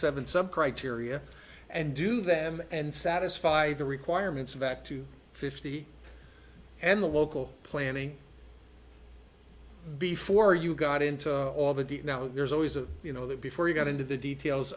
seven some criteria and do them and satisfy the requirements back to fifty and the local planning before you got into all the deep now there's always a you know that before you got into the details